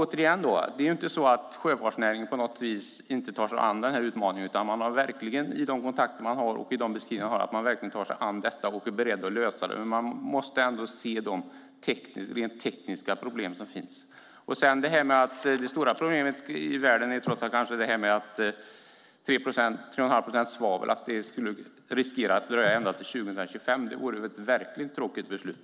Det är inte så att sjöfartsnäringen inte tar sig an utmaningen, utan det framkommer i kontakter och av olika beskrivningar att de verkligen tar sig an problemet och är beredda att lösa det. Samtidigt måste man se de rent tekniska problem som finns. Det stora problemet i världen är kanske trots allt de 3 1⁄2 procenten svavel, och att det hela skulle riskera att dröja ända till 2025. Det vore ett verkligt tråkigt beslut.